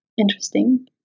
interesting